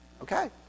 Okay